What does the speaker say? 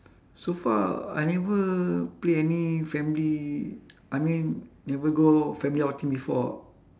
so far I never play any family I mean never go family outing before ah